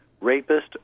rapist